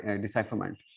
decipherment